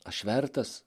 aš vertas